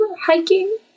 hiking